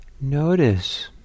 notice